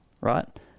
right